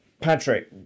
Patrick